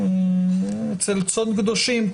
אצל צאן קדושים,